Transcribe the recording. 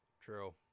True